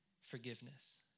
forgiveness